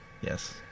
Yes